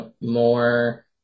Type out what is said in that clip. more